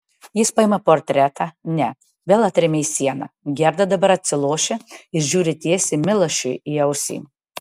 jis paima portretą ne vėl atremia į sieną gerda dabar atsilošia ir žiūri tiesiai milašiui į ausį